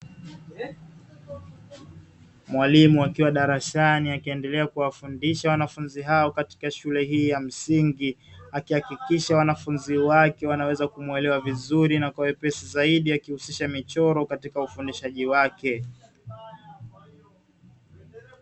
Mwalimu akiwa darasani akiendelea kuwafundisha wanafunzi hawa katika shule hii ya msingi, akihakikisha wanafunzi wake wanaweza kumwelewa vizuri na kwa wepesi zaidi akihusisha michoro katika ufundishaji wake.